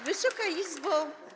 Wysoka Izbo!